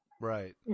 Right